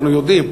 אנחנו יודעים.